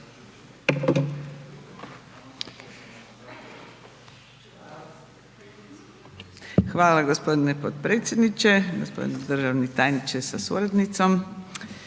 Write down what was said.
Hvala gospodine potpredsjedniče, gospodine državni tajniče sa suradnicom.